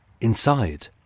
Inside